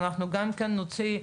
אנחנו נוציא,